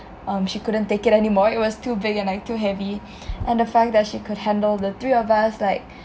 um she couldn't take it anymore it was too big and like too heavy and the fact that she could handle the three of us like